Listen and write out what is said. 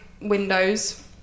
windows